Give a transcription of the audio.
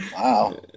Wow